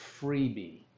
freebie